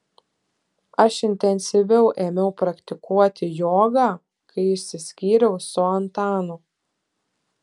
aš intensyviau ėmiau praktikuoti jogą kai išsiskyriau su antanu